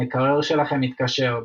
המקרר שלכם התקשר,